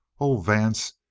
oh, vance,